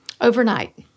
Overnight